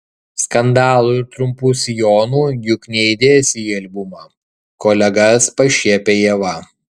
skandalų ir trumpų sijonų juk neįdėsi į albumą kolegas pašiepia ieva